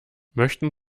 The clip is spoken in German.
möchten